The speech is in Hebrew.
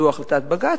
זו החלטת בג"ץ,